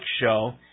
show